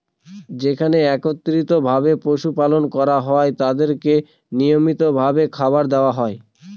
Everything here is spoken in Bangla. যেখানে একত্রিত ভাবে পশু পালন করা হয় তাদেরকে নিয়মিত ভাবে খাবার দেওয়া হয়